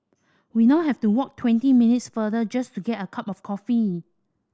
we now have to walk twenty minutes further just to get a cup of coffee